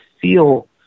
feel